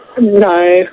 No